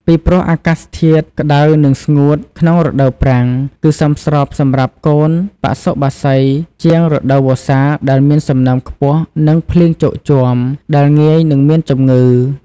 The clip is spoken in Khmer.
ពីព្រោះអាកាសធាតុក្តៅនិងស្ងួតក្នុងរដូវប្រាំង គឺសមស្របសម្រាប់កូនបសុបក្សីជាងរដូវវស្សាដែលមានសំណើមខ្ពស់និងភ្លៀងជោគជាំ ដែលងាយនិងមានជំងឺ។